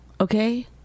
Okay